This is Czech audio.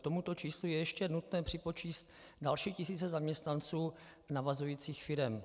K tomuto číslu je ještě nutné připočíst další tisíce zaměstnanců navazujících firem.